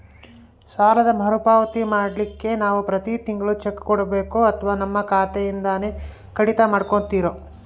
ಸಾಲದ ಮರುಪಾವತಿ ಮಾಡ್ಲಿಕ್ಕೆ ನಾವು ಪ್ರತಿ ತಿಂಗಳು ಚೆಕ್ಕು ಕೊಡಬೇಕೋ ಅಥವಾ ನಮ್ಮ ಖಾತೆಯಿಂದನೆ ಕಡಿತ ಮಾಡ್ಕೊತಿರೋ?